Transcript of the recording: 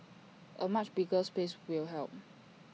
A much bigger space will help